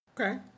Okay